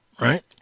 right